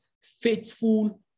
faithful